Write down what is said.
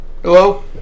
Hello